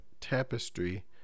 tapestry